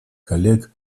коллег